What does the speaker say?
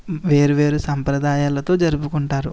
వేరు వేరు సంప్రదాయాలతో జరుపుకుంటారు